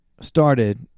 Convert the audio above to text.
started